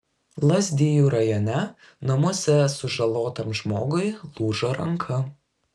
lazdijų rajone namuose sužalotam žmogui lūžo ranka